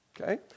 Okay